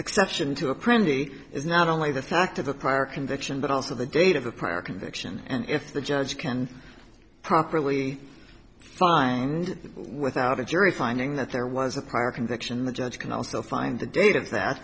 exception to a printer is not only the fact of a crime or conviction but also the date of a prior conviction and if the judge can properly find without a jury finding that there was a prior conviction the judge can also find the date of that